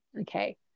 okay